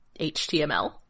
HTML